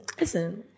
listen